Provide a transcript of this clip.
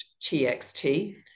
TXT